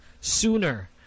sooner